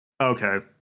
Okay